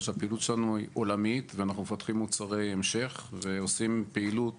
שהפעילות שלנו היא עולמית ואנחנו מפתחים מוצרי המשך ועושים פעילות